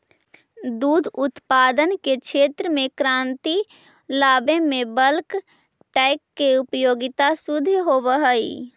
दुध उत्पादन के क्षेत्र में क्रांति लावे में बल्क टैंक के उपयोगिता सिद्ध होवऽ हई